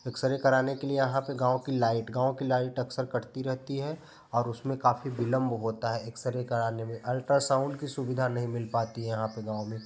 x ray करने के लिए यहाँ पर गाँव की लाइट गाँव की लाइट अक्सर कटती रहती है और उसमें में काफी विलम्ब होता है एक्सरे करने में अल्ट्रासाउन्ड की सुविधा नहीं मिल पाती यहाँ पर गाँव में